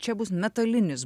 čia bus metalinis